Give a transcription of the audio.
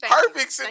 Perfect